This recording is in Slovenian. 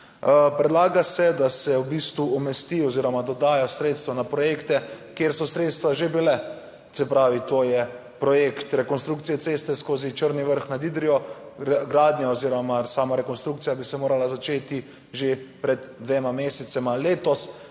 Predlaga se, da se v bistvu umesti oziroma dodaja sredstva na projekte, kjer so sredstva že bile. Se pravi, to je projekt rekonstrukcije ceste skozi Črni Vrh nad Idrijo, gradnja oziroma sama rekonstrukcija bi se morala začeti že pred dvema mesecema, letos